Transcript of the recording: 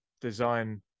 design